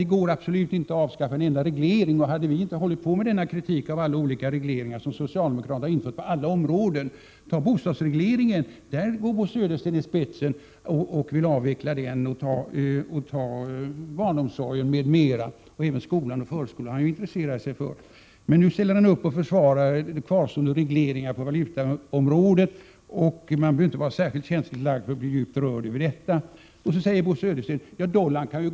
Det går absolut inte att avskaffa en enda reglering, brukar vi ju få höra. Vi har kritiserat alla olika regleringar som socialdemokraterna har infört på alla områden. på bostadsregleringen. Bo Södersten går i spetsen och vill avveckla den. Se på barnomsorgen m.m. Även skolan och förskolan har Bo Södersten intresserat sig för. Nu ställer han emellertid upp och försvarar kvarstående regleringar på valutaområdet, och man behöver inte vara särskilt känsligt lagd för att bli djupt rörd över detta. Dollarn kan ju gå upp och ned, säger Bo Södersten. Javisst kan den det, det — Prot.